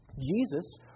Jesus